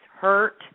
hurt